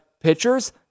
pitchers